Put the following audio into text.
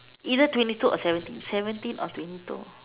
either twenty two or seventeen seventeen O T twenty two